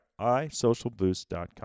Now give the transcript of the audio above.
isocialboost.com